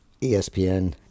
ESPN